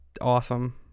awesome